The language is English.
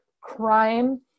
crime